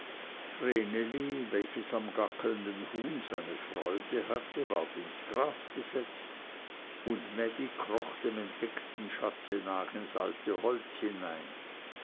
welches am gackelnden huhn seine freude hatte ward ins gras gesetzt und mädi kroch dem entdeckten schatze nach ins alte holz hinein